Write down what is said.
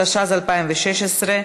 התשע"ז 2016,